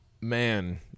Man